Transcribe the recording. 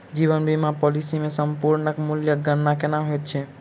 जीवन बीमा पॉलिसी मे समर्पण मूल्यक गणना केना होइत छैक?